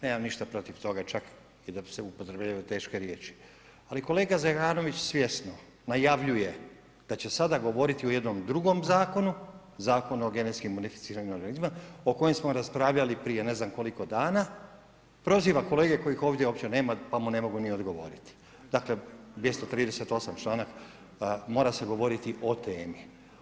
Nemam ništa protiv toga čak i da se upotrjebljavaju teške riječi ali kolega Zekanović svjesno najavljuje da će sada govoriti o jednom drugom zakonu, Zakonu o genetski modificiranim organizmima o kojem smo raspravljali prije ne znam koliko dana, proziva kolege kojih ovdje uopće nema pa mu ne mogu ni odgovoriti, dakle 238. članak, mora se govoriti o temi.